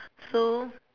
so